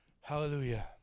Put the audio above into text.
Hallelujah